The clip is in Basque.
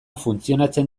funtzionatzen